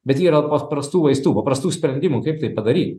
bet yra paprastų vaistų paprastų sprendimų kaip tai padaryt